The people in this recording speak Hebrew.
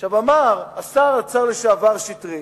אמר השר לשעבר שטרית,